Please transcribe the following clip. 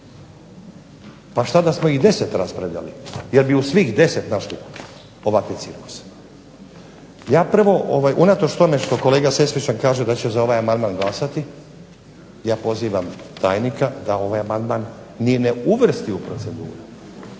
Pa šta da smo ih 10 raspravljali jer bi u svih 10 našli ovakve cirkuse. Unatoč tome što kolega Sesvečan kaže da će za ovaj amandman glasati, ja pozivam tajnika da ovaj amandman ni ne uvrsti u proceduru